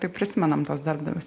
tai prisimenam tuos darbdavius